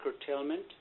curtailment